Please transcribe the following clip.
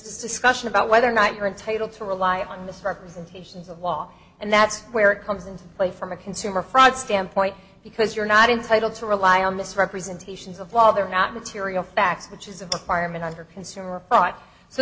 this discussion about whether or not you're entitled to rely on misrepresentations of law and that's where it comes into play from a consumer fraud standpoint because you're not entitled to rely on misrepresentations of law they're not material facts which is a fireman under consumer thought so